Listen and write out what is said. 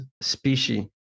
species